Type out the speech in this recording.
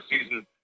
season